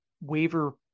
waiver